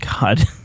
God